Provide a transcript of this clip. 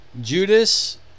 Judas